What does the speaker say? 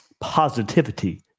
positivity